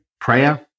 prayer